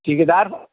ठेकेदार